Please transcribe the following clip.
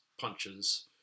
punches